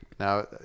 Now